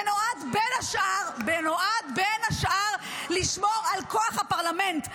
זה נועד בין השאר לשמור על כוח הפרלמנט.